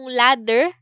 ladder